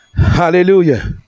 Hallelujah